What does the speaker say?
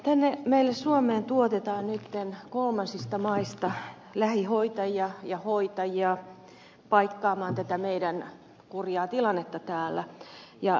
tänne meille suomeen tuotetaan nyt kolmansista maista lähihoitajia ja hoitajia paikkaamaan tätä meidän kurjaa tilannettamme täällä